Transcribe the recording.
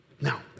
Now